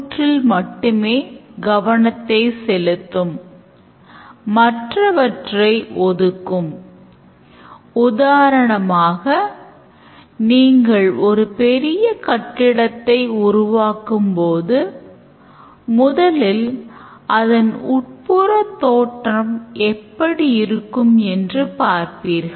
Alistair Cockburn தனது புத்தகமாகிய "Writing Effective Use Cases"ல் ஒவ்வொரு use caseக்கும் பின்வரும் ஆவணங்கள் இருக்க வேண்டும் என்று கூறுகிறார்